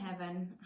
heaven